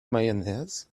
mayonnaise